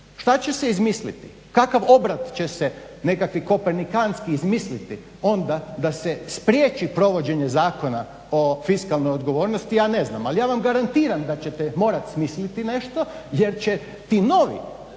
Šta će se izmisliti? Kakav obrat će se nekakvi kopernikanski izmisliti onda da se spriječi provođenje Zakona o fiskalnoj odgovornosti ja ne znam. Ali ja vam garantiram da ćete morati smisliti nešto jer će ti novi